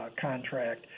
contract